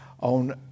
on